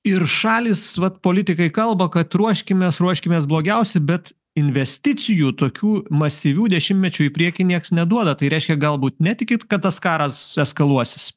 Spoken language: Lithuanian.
ir šalys vat politikai kalba kad ruoškimės ruoškimės blogiausi bet investicijų tokių masyvių dešimtmečiui į priekį nieks neduoda tai reiškia galbūt netikit kad tas karas eskaluosis